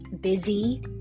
busy